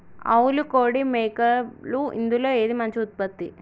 ఆవులు కోడి మేకలు ఇందులో ఏది మంచి ఉత్పత్తి?